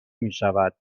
میشود